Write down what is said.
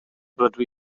rydw